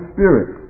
Spirit